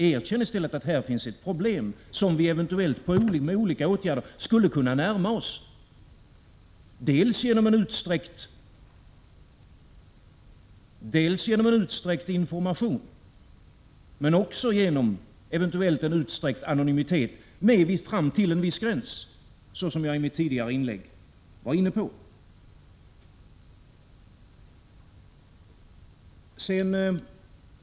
Erkänn i stället att det här finns ett problem, vars lösning vi eventuellt skulle kunna närma oss genom att vidta olika åtgärder såsom dels en utsträckt information, dels eventuellt också en utsträckt anonymitet fram till en viss gräns, som jag var inne på i mitt tidigare inlägg.